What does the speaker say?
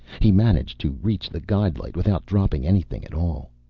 he managed to reach the guide-light without dropping anything at all.